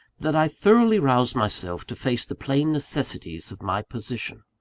that i thoroughly roused myself to face the plain necessities of my position.